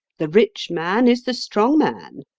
the rich man is the strong man.